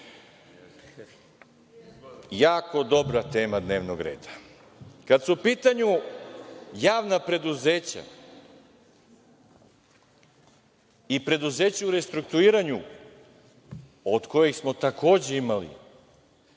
dobra tema dnevnog reda. Kada su u pitanju javna preduzeća i preduzeća u restrukturiranju od kojih smo takođe imali